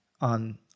on